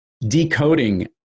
decoding